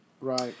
Right